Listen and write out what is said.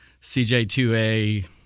CJ2A